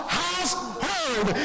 household